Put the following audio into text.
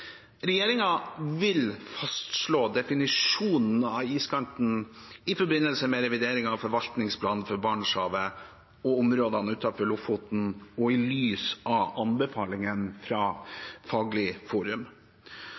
vil fastslå definisjonen av iskanten i forbindelse med revidering av forvaltningsplanen for Barentshavet og områdene utenfor Lofoten og i lys av anbefalingene fra Faglig forum.